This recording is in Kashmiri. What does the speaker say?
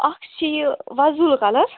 اَکھ چھِ یہِ وۅزُل کَلَر